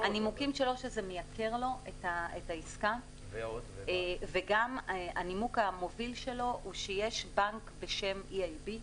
הנימוקים שלו שזה מייקר לו את העסקה וגם שיש בנק בשם ELB,